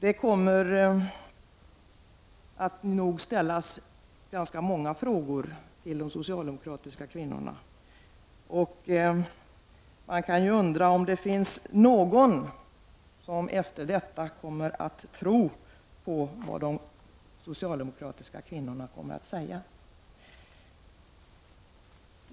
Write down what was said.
Det kommer nog att ställas ganska många frågor till de socialdemokratiska kvinnorna. Man kan ju undra om det finns någon som efter detta tror på vad de socialdemokratiska kvinnorna kommer att säga.